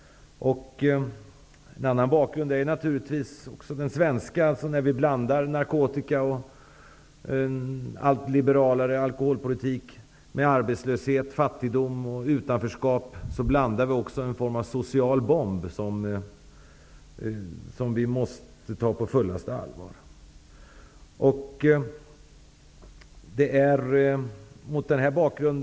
En annan bakgrund till min fråga är att vi, när vi i Sverige blandar narkotikapolitik och en allt liberalare alkoholpolitik med arbetslöshet, fattigdom och utanförskap, också blandar något av social bomb, något som vi måste ta på fullaste allvar.